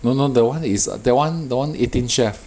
no no that [one] is err that [one] that [one] Eighteen Chefs